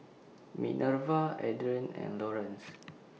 Minerva Adrien and Lorenz